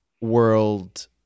world